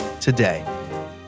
today